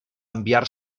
enviar